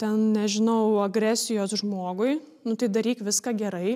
ten nežinau agresijos žmogui nu tai daryk viską gerai